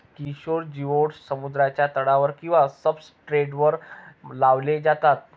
Kishore geoducks समुद्राच्या तळावर किंवा सब्सट्रेटवर लावले जातात